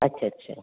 ਅੱਛਾ ਅੱਛਾ